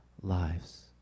lives